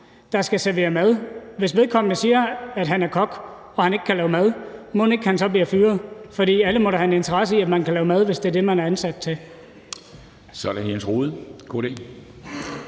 der skal servere mad, vil fyre vedkommende, der siger, at han er kok, men som ikke kan lave mad. Mon ikke han så bliver fyret, for alle må da have en interesse i, at man kan lave mad, hvis det er det, man er ansat til. Kl. 13:26 Formanden